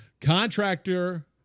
Contractor